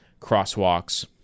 crosswalks